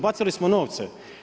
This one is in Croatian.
Bacili smo novce.